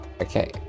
Okay